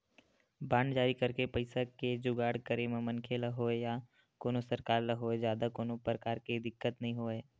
bond जारी करके पइसा के जुगाड़ करे म मनखे ल होवय या कोनो सरकार ल होवय जादा कोनो परकार के दिक्कत नइ होवय